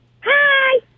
Hi